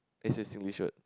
is a Singlish word